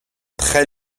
très